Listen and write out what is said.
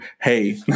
hey